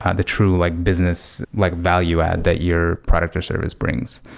ah the true like business like value-added that your product or service brings.